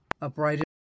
upright